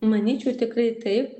manyčiau tikrai taip